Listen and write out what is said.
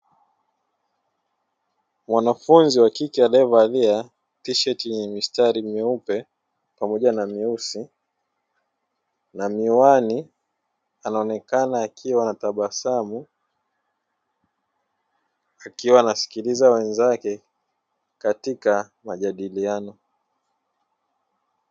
Wanafunzi wakike waliovalia tisheti yenye mistari myeupe pamoja na myeusi na miwani, anaonekana akiwa anatabasamu akiwa anasikilia wenzake katika majadiliano.